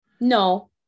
No